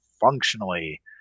functionally –